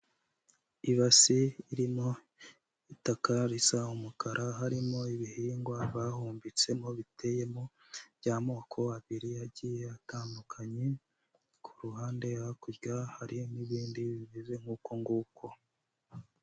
Ibasi irimo itaka risa umukara harimo ibihingwa bahumbitsemo biteyemo by'amoko abiri yagiye atandukanye, ku ruhande hakurya hari n'ibindi bimeze nkuko nguko.